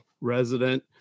resident